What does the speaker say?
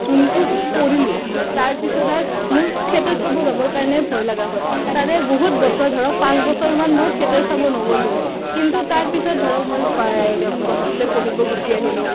যোনটো পৰিলোঁ তাৰ পিছত আৰু মোৰ থিয়েটাৰ চাব যাবৰ কাৰণে ভয় লগা হ'ল তাৰে বহুত বছৰ ধৰক পাঁচ বছৰমান মই থিয়েটাৰ চাব নগ'লোৱে কিন্তু তাৰ পিছত ধৰক মই গুৱাহাটীলৈ পঢ়িব গুচি আহিলোঁ